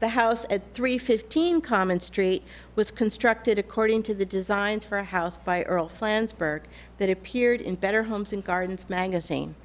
the house at three fifteen common street was constructed according to the designs for a house by earl flansburgh that appeared in better homes and gardens magazine